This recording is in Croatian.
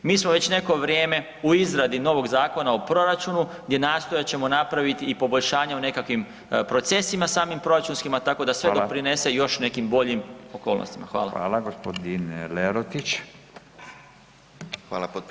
Mi smo već neko vrijeme u izradi novog Zakona o proračunu gdje nastojat ćemo napraviti i poboljšanja u nekakvim procesima samih proračunskima tako da sve doprinese [[Upadica Radin: Hvala.]] još nekim boljim okolnostima.